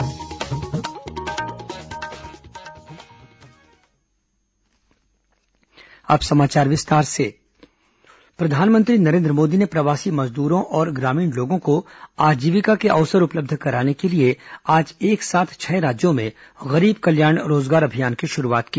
गरीब कल्याण रोजगार अभियान प्रधानमंत्री नरेन्द्र मोदी ने प्रवासी मजदूरों और ग्रामीण लोगों को आजीविका के अवसर उपलब्ध कराने के लिए आज एक साथ छह राज्यों में गरीब कल्याण रोजगार अभियान की शुरूआत की